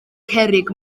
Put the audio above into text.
cerrig